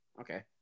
Okay